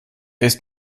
ist